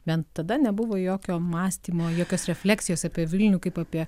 bent tada nebuvo jokio mąstymo jokios refleksijos apie vilnių kaip apie